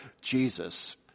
Jesus